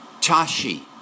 Tashi